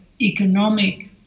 economic